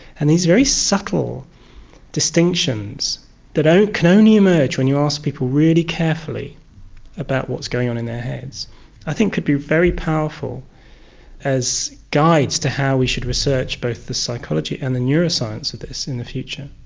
and these very subtle distinctions that can only emerge when you ask people really carefully about what's going on in their heads i think could be very powerful as guides to how we should research both the psychology and the neuroscience of this in the future.